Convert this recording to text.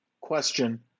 Question